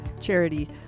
Charity